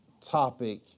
topic